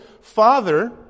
father